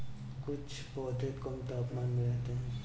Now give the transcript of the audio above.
कुछ पौधे कम तापमान में रहते हैं